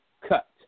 cut